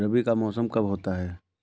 रबी का मौसम कब होता हैं?